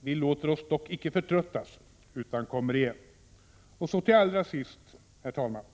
Vi låter oss dock icke förtröttas utan kommer igen. Allra sist, herr talman,